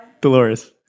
dolores